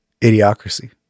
Idiocracy